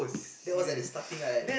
that was at the starting right